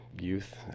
youth